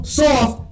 soft